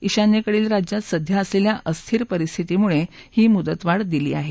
ईशान्यकडील राज्यात सध्या असलेल्या अस्थिर परिस्थितीमुळे ही मुदतवाढ दिली आहे